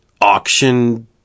auction